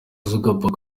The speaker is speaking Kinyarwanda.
zuckerberg